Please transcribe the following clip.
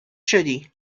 شدی